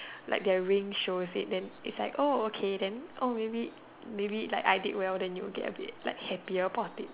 like their ring shows it then is like oh okay then oh maybe maybe like I did well then you will get a bit like happy about it